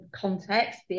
context